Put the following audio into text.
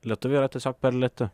lietuviai yra tiesiog per lėti